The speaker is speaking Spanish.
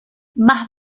más